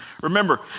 Remember